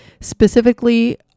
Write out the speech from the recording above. specifically